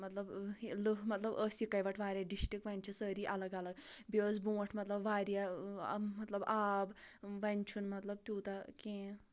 لُکھ مطلب ٲسۍ اَکے وَٹہٕ مطلب واریاہ ڈِسٹرکٹ وۅنۍ چھِ سٲری اَلگ الگ بیٚیہِ اوس برٛونٛٹھ مطلب واریاہ مطلب آگ وۅنۍ چھُنہٕ مطلب تیٛوٗتاہ کیٚنٛہہ